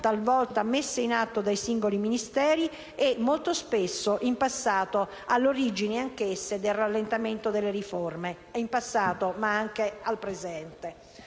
talvolta messe in atto dai singoli Ministeri, e molto spesso, in passato, all'origine anch'esse del rallentamento delle riforme (in passato, ma anche nel presente).